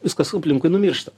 viskas aplinkui numiršta